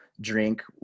drink